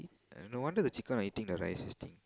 ah no wonder the chicken not eating the rice this thing